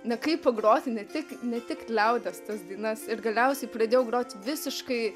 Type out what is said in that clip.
na kaip pagroti ne tik ne tik liaudies tas dainas ir galiausiai pradėjau groti visiškai